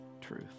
truth